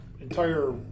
entire